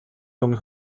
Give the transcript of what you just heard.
дүнг